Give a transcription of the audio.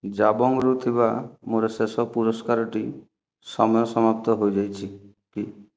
ଜାବଙ୍ଗ୍ରୁ ଥିବା ମୋର ଶେଷ ପୁରସ୍କାରଟି ସମୟ ସମାପ୍ତ ହୋଇଯାଇଛି କି